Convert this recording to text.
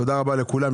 תודה רבה לכולם,